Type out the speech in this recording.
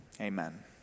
Amen